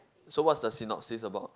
so what's the synopsis about